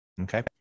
Okay